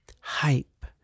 hype